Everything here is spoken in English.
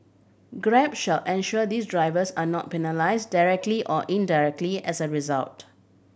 grab shall ensure these drivers are not penalise directly or indirectly as a result